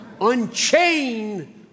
Unchain